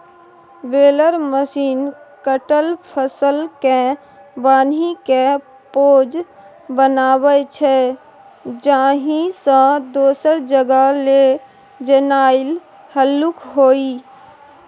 baler machine कटल फसलकेँ बान्हिकेँ पॉज बनाबै छै जाहिसँ दोसर जगह लए जेनाइ हल्लुक होइ